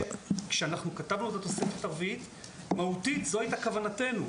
כשכתבנו את התוספת הרביעית מהותית זאת הייתה כוונתנו.